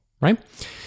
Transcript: right